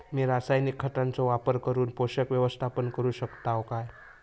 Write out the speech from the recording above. मी रासायनिक खतांचो वापर करून पोषक व्यवस्थापन करू शकताव काय?